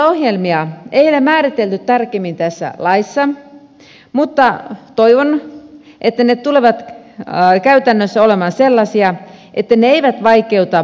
valvontaohjelmia ei ole määritelty tarkemmin tässä laissa mutta toivon että ne tulevat käytännössä olemaan sellaisia että ne eivät vaikeuta yritystoimintaa